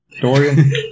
Dorian